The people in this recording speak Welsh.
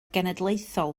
genedlaethol